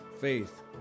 faith